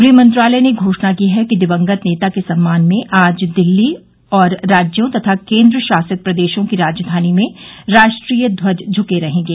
गृह मंत्रालय ने घोषणा की है कि दिवंगत नेता के सम्मान में आज दिल्ली और राज्यों तथा केन्द्र शासित प्रदेशों की राजधानी में राष्ट्रीय ध्वज झुकें रहेंगे